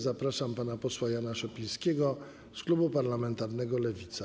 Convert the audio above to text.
Zapraszam pana posła Jana Szopińskiego z klubu parlamentarnego Lewica.